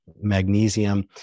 Magnesium